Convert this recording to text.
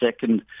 second